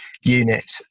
unit